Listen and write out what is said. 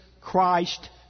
Christ